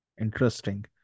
Interesting